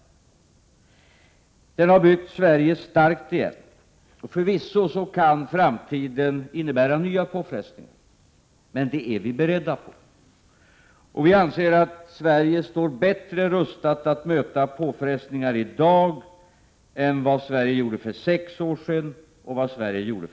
Den har byggt Sverige starkt igen. Förvisso kan framtiden innebära nya påfrestningar. Men det är vi beredda på. Vi anser att Sverige står bättre rustat att möta påfrestningar i dag än vad Sverige gjorde för sex år sedan och för tre år sedan.